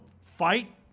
fight